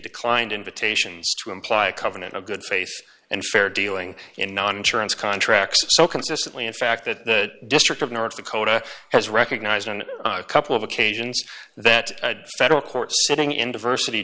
declined invitations to imply a covenant of good face and fair dealing in non insurance contracts so consistently in fact that district of north dakota has recognized a couple of occasions that federal courts sitting in diversity